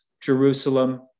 Jerusalem